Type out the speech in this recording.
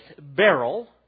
beryl